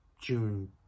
June